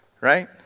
Right